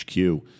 HQ